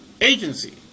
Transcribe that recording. agency